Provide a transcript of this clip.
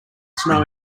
snow